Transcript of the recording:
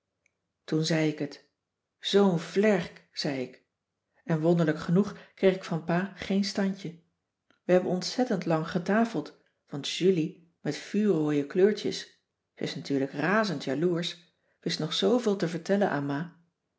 toen zei ik het zoo'n vlerk zei ik en wonderlijk genoeg kreeg ik van pa geen standje we hebben ontzettend lang getafeld want julie met vuurrooie kleurtjes ze is natuurlijk razend jaloersch wist nog zooveel te vertellen aan ma